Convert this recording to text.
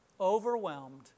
overwhelmed